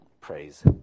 praise